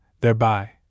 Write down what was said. Thereby